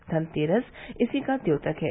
धनतेरस इसी का द्योतक है